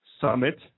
summit